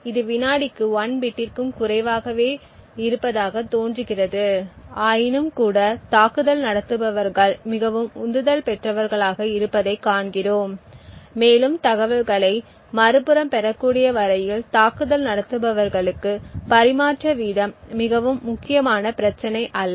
இது வினாடிக்கு 1 பிட்டிற்கும் குறைவாகவே இருப்பதாகத் தோன்றுகிறது ஆயினும்கூட தாக்குதல் நடத்துபவர்கள் மிகவும் உந்துதல் பெற்றவர்களாக இருப்பதைக் காண்கிறோம் மேலும் தகவல்களை மறுபுறம் பெறக்கூடிய வரையில் தாக்குதல் நடத்துபவர்களுக்கு பரிமாற்ற வீதம் மிகவும் முக்கியமான பிரச்சினை அல்ல